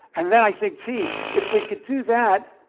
and then i think gee, if we could do that,